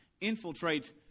infiltrate